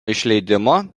išleidimo